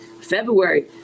February